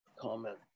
comment